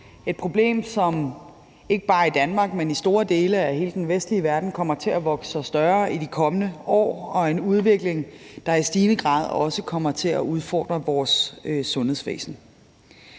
et problem, som ikke bare i Danmark, men i store dele af hele den vestlige verden, kommer til at vokse sig større i de kommende år, og en udvikling, der i stigende grad også kommer til at udfordre vores sundhedsvæsen.